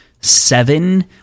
seven